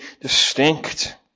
distinct